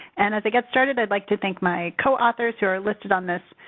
and, as i get started, i'd like to thank my coauthors who are listed on this.